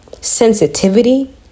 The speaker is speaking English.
sensitivity